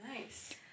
Nice